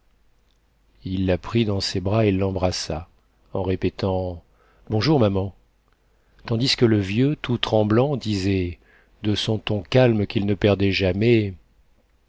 il la prit dans ses bras et l'embrassa en répétant bonjour maman tandis que le vieux tout tremblant disait de son ton calme qu'il ne perdait jamais